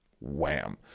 Wham